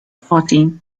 party